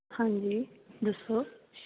ਹਾਂਜੀ ਦੱਸੋ